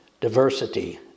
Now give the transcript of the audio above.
diversity